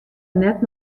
net